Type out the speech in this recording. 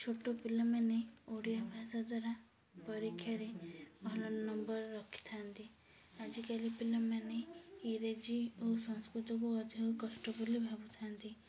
ଛୋଟ ପିଲାମାନେ ଓଡ଼ିଆ ଭାଷା ଦ୍ୱାରା ପରୀକ୍ଷାରେ ଭଲ ନମ୍ବର ରଖିଥାନ୍ତି ଆଜିକାଲି ପିଲାମାନେ ଇଂରେଜୀ ଓ ସଂସ୍କୃତକୁ ଅଧିକ କଷ୍ଟ ବୋଲି ଭାବୁଥାନ୍ତି